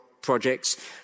projects